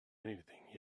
anything